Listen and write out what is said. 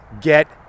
get